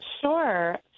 Sure